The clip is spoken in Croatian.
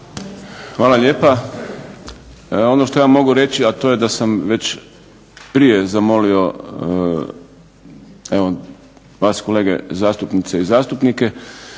Hvala lijepa. Ono što ja mogu reći a to je da sam već prije zamolio vas kolege zastupnice i zastupnike,